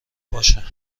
باشه